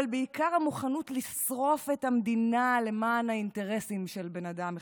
אבל בעיקר המוכנות לשרוף את המדינה למען האינטרסים של בן אדם אחד,